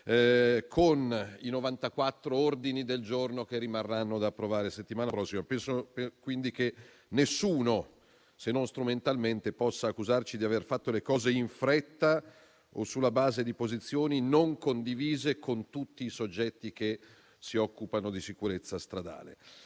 e 94 ordini del giorno che rimarranno da esaminare la settimana prossima. Penso, quindi, che nessuno, se non strumentalmente, possa accusarci di aver fatto le cose in fretta o sulla base di posizioni non condivise con tutti i soggetti che si occupano di sicurezza stradale.